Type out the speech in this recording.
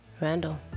Randall